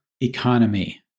economy